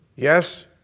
Yes